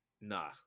Nah